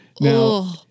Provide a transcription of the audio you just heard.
Now